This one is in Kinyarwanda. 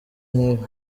nk’ibi